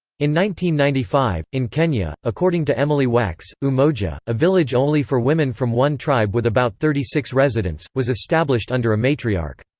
ninety ninety five, in kenya, according to emily wax, umoja, a village only for women from one tribe with about thirty six residents, was established under a matriarch.